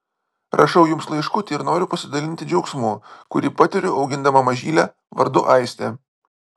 rašau jums laiškutį ir noriu pasidalinti džiaugsmu kurį patiriu augindama mažylę vardu aistė